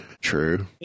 true